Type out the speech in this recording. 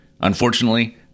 Unfortunately